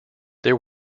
there